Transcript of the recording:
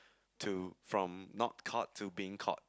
to from not caught to being caught